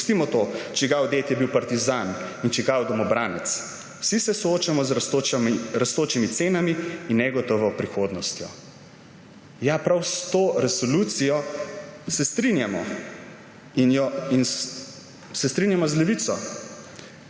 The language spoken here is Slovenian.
Pustimo to, čigav ded je bil partizan in čigav domobranec, vsi se soočamo z rastočimi cenami in negotovo prihodnostjo!« Prav s to resolucijo se strinjamo z Levico